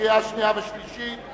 קריאה שנייה וקריאה שלישית.